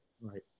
Right